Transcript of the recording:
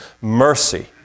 mercy